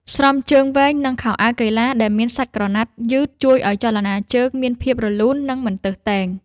ស្រោមជើងវែង និងខោអាវកីឡាដែលមានសាច់ក្រណាត់យឺត ជួយឱ្យចលនាជើងមានភាពរលូន និងមិនទើសទែង។